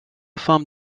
femme